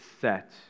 set